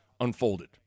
unfolded